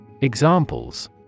Examples